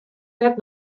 net